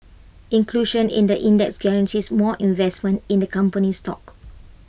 inclusion in the index guarantees more investment in the company's stock